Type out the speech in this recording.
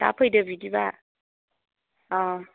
दा फैदो बिदिबा औ